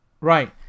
Right